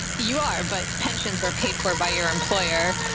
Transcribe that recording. you are, but pensions are paid for by your employer.